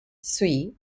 sui